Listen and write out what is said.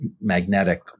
magnetic